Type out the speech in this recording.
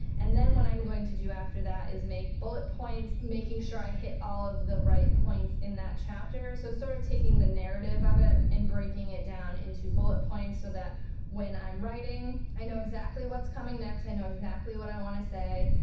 and then what i'm going to do after that is make bullet points, making sure i hit all of the right planes in that chapter, so sort of taking the narrative of it and breaking it down into bullet points so that when i'm writing, i know exactly what's coming next, i know exactly what i wanna say,